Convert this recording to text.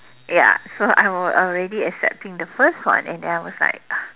ya so I were already accepting the first one and then I was like